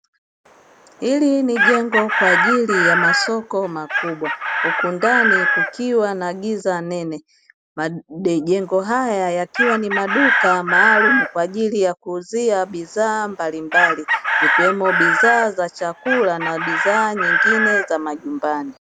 Hili ni jengo kwa ajili ya masoko makubwa huku ndani kukiwa na giza nene, majengo haya yakiwa ni maduka maalumu kwa ajili ya kuuzia bidhaa mbalimbali zikiwemo bidhaa za chakula na bidhaa nyingine za nyumbani.